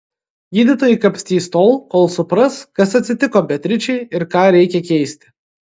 gydytojai kapstys tol kol supras kas atsitiko beatričei ir ką reikia keisti